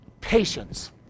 patience